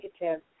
negative